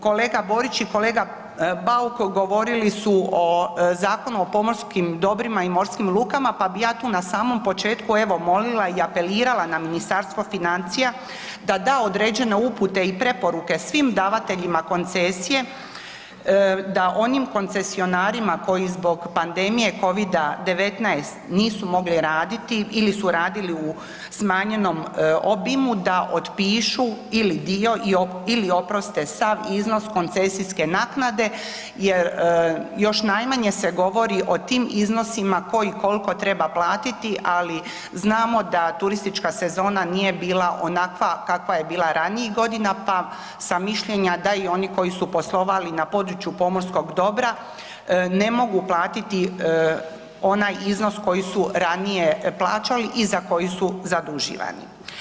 Kolega Borić i kolega Bauk govorili su o Zakonu o pomorskom dobru i morskim lukama pa bi ja tu na samom početku molila i apelirala na Ministarstvo financija da da određene upute i preporuke svim davateljima koncesije da onim koncesionarima koji zbog panedmije COVID-19 nisu mogli raditi ili su radili u smanjenom obimu da otpišu ili dio ili oproste sav iznos koncesijske naknade jer još najmanje se govori o tim iznosima koji koliko treba platiti, ali znamo da turistička sezona nije bila onakva kakva je bila ranijih godina, pa sam mišljenja da i oni koji su poslovali na području pomorskog dobra ne mogu platiti onaj iznos koji su ranije plaćali i za koju su zaduživani.